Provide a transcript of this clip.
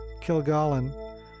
Kilgallen